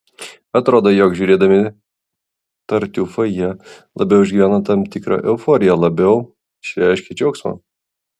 atrodo jog žiūrėdami tartiufą jie labiau išgyvena tam tikrą euforiją labiau išreiškia džiaugsmą